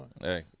Hey